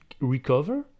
recover